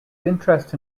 interest